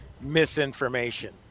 misinformation